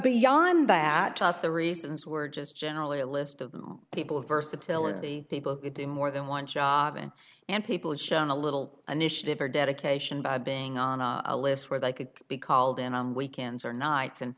beyond that thought the reasons were just generally a list of the people of versatility people get in more than one job and and people have shown a little initiative or dedication by being on a list where they could be called in on weekends or nights and